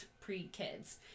pre-kids